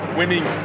winning